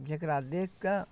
जकरा देखिकऽ